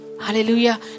Hallelujah